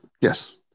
Yes